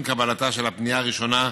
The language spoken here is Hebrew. עם קבלתה של הפנייה הראשונה,